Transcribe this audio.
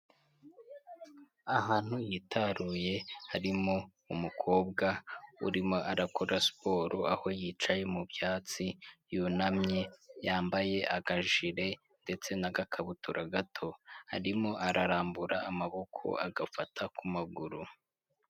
Ahantu hitaruye harimo umukobwa urimo arakora siporo aho yicaye mu byatsi yunamye, yambaye akajire ndetse naga kabutura gato, arimo ararambura amaboko agafata ku maguru.